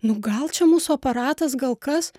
nu gal čia mūsų aparatas gal kas